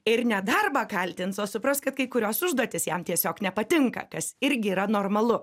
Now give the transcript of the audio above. ir ne darbą kaltins o supras kad kai kurios užduotys jam tiesiog nepatinka kas irgi yra normalu